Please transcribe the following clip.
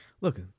Look